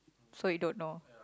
so you don't know